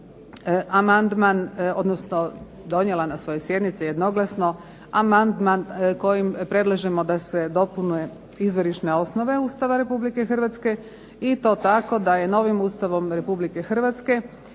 amandman, odnosno donijela na svojoj sjednici jednoglasno amandman kojim predlažemo da se dopune izvorišne osnove Ustava Republike Hrvatske i to tako da je novim Ustavom Republike Hrvatske